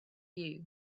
you